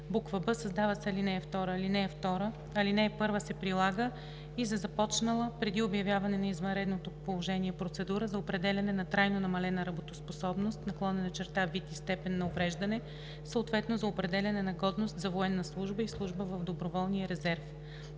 1; б) създава се ал. 2: „(2) Алинея 1 се прилага и за започнала преди обявяване на извънредното положение процедура за определяне на трайно намалена работоспособност/вид и степен на увреждане, съответно за определяне на годност за военна служба и служба в доброволния резерв.“